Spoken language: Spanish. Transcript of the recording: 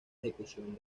ejecución